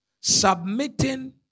Submitting